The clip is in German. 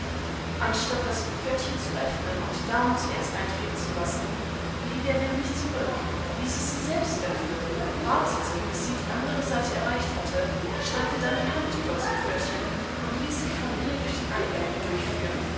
anstatt das pförtchen zu öffnen und die dame zuerst eintreten zu lassen blieb er nämlichzurück ließessieselbstöffnen wartetebissiedieandereseiteerreichthatte streckte dann die hand über das pförtchen und ließ sich von ihr durch den eingang